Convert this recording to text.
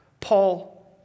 Paul